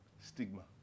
Stigma